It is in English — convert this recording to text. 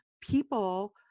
People